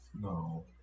no